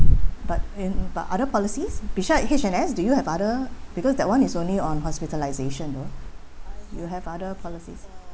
but um but other policies beside H and S do you have other because that is only on hospitalisation though you have other policies